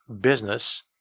business